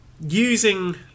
using